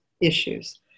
issues